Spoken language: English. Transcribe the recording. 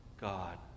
God